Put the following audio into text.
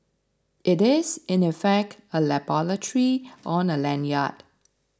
it is in effect a laboratory on a lanyard